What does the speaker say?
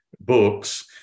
books